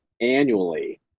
annually